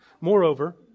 Moreover